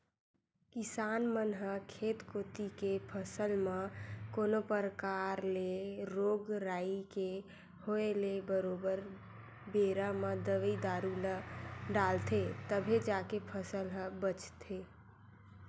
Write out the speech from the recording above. किसान मन ह खेत कोती के फसल म कोनो परकार ले रोग राई के होय ले बरोबर बेरा म दवई दारू ल डालथे तभे जाके फसल ह बचथे